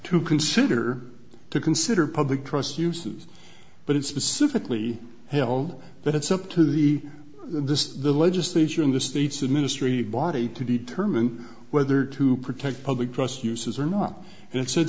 to consider to consider public trust uses but it specifically held that it's up to the this the legislature and the states to ministry body to determine whether to protect public trust uses or not and it said